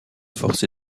forcé